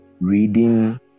reading